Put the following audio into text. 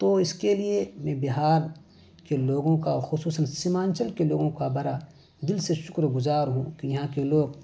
تو اس کے لیے میں بہار کے لوگوں کا خصوصاً سیمانچل کے لوگوں کا بڑا دل سے شکر گزار ہوں کہ یہاں کے لوگ